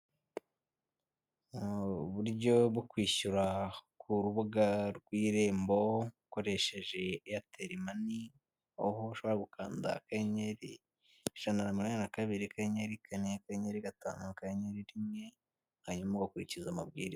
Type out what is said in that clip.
Uburyo bwo kwishyura ku rubuga rw'irembo ukoresheje eyeterimani aho ushobora gukanda akanyenyeri ijana na mirongo inani na kabiri akanyenyeri kane akanyenyeri gatanu akanyenyeri rimwe hanyuma ugakurikiza amabwiriza.